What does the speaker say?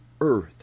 earth